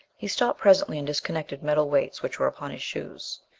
he stopped presently and disconnected metal weights which were upon his shoes.